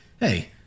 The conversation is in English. Hey